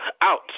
out